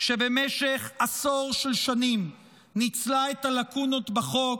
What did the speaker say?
שבמשך עשור שנים ניצלה את הלקונות בחוק